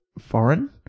foreign